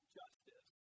justice